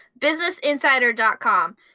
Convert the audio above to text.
BusinessInsider.com